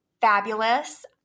fabulous